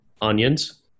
Onions